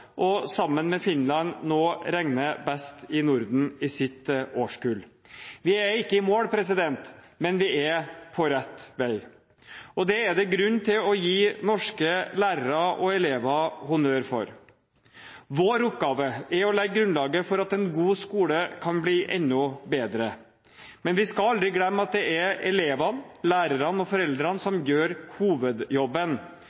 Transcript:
og sammen med Finland nå regner best i Norden i sitt årskull. Vi er ikke i mål, men vi er på rett vei, og det er det grunn til å gi norske lærere og elever honnør for. Vår oppgave er å legge grunnlaget for at en god skole kan bli enda bedre. Men vi skal aldri glemme at det er elevene, lærerne og foreldrene